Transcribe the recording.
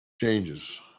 changes